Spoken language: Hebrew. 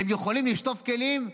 הם יכולים לשטוף כלים?